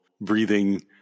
breathing